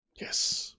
yes